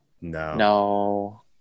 No